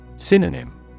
Synonym